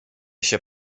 się